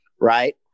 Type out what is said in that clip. right